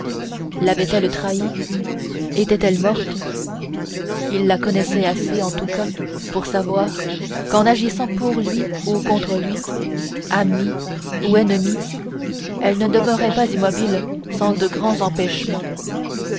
l'avait-elle trahi était-elle morte il la connaissait assez en tout cas pour savoir qu'en agissant pour lui ou contre lui amie ou ennemie elle ne demeurait pas immobile sans de grands empêchements